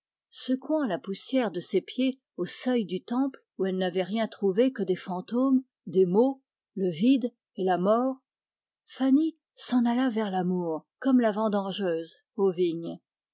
secouant la poussière de ses pieds au seuil du temple où elle n'avait rien trouvé que des fantômes des mots le vide et la mort fanny s'en alla vers l'amour comme la vendangeuse aux vignes